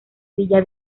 villa